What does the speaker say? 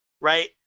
right